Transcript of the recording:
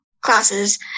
classes